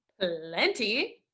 Plenty